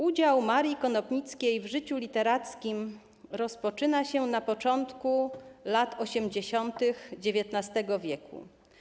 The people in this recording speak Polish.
Udział Marii Konopnickiej w życiu literackim rozpoczyna się na początku lat 80. XIX w.